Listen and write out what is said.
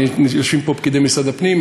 יושבים פה פקידי משרד הפנים,